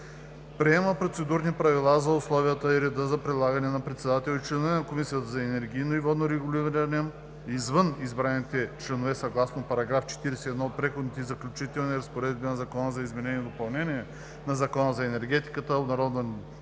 Приема Процедурни правила за условията и реда за предлагане на председател и членове на Комисията за енергийно и водно регулиране, извън избраните членове съгласно § 41 от Преходните и заключителните разпоредби на Закона за изменение и допълнение на Закона за енергетиката (обн.,